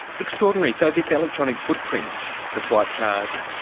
extraordinary. so this electronic footprint the swipe card,